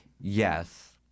Yes